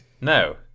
No